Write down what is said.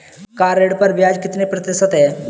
Car ऋण पर ब्याज कितने प्रतिशत है?